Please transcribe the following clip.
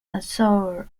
azure